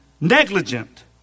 Negligent